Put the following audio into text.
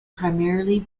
primarily